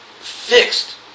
fixed